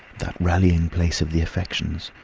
that rallying-place of the affections,